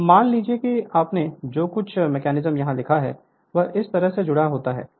मान लीजिए कि आपने जो कुछ मेकैनिज्म यहां लिया है वह इस तरह से जुड़ा हुआ है